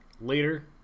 later